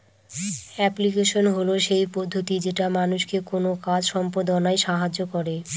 application হল সেই পদ্ধতি যেটা মানুষকে কোনো কাজ সম্পদনায় সাহায্য করে